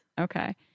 Okay